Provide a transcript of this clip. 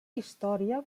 història